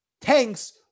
tanks